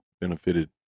benefited